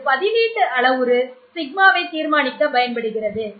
இது பதிலீட்டு அளவுரு σ வை தீர்மானிக்க பயன்படுகிறது